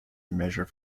measure